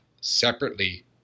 separately